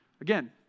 Again